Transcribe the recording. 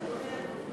כן.